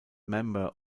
member